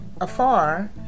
afar